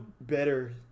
better